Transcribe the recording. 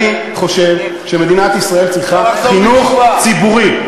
אני חושב שמדינת ישראל צריכה חינוך ציבורי.